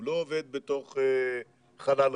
הוא לא עובד בתוך חלל ריק,